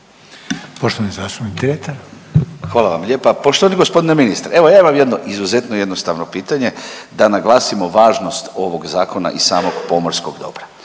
**Dretar, Davor (DP)** Hvala vam lijepa. Poštovani g. ministre, evo ja imam jedno izuzetno jednostavno pitanje da naglasimo važnost ovog zakona i samog pomorskog dobra.